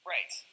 Right